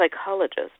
psychologist